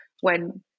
when-